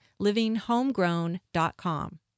livinghomegrown.com